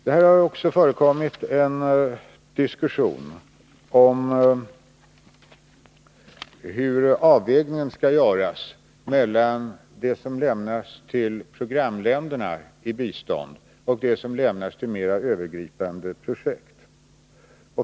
Det har också förekommit en diskussion om hur avvägningen skall göras mellan det som lämnas till programländerna i bistånd och det som lämnas till mer övergripande projekt.